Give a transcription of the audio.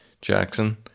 Jackson